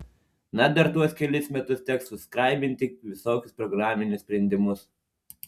na dar tuos kelis metus teks subskraibinti visokius programinius sprendimus